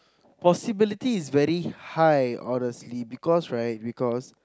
possibility is very high honestly because right because